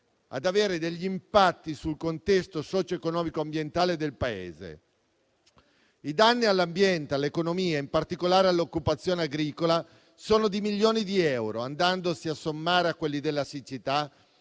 ad avere impatti sul contesto socio-economico e ambientale del Paese. I danni all'ambiente, all'economia, in particolare all'occupazione agricola, sono di milioni di euro, andandosi a sommare a quelli della siccità,